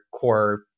core